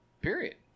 period